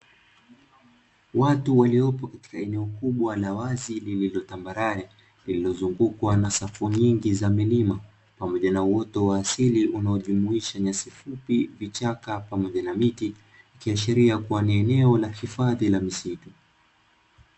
Watu waliopo katika eneo kubwa la wazi lililotambarare, lililozungukwa na safu nyingi za milima pamoja na uoto wa asili unaojumisha: nyasi fupi, vichaka pamoja na miti; ikiashiria kuwa ni eneo la hifadhi la misitu.